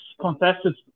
contested